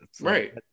Right